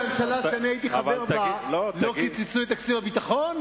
בממשלה שאני הייתי חבר בה לא קיצצו את תקציב הביטחון,